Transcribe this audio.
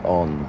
on